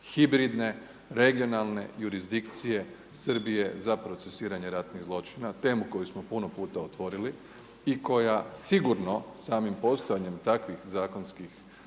hibridne, regionalne jurisdikcije Srbije za procesuiranje ratnih zločina, temu koju smo puno puta otvorili i koja sigurno samim postojanjem takvih zakonskih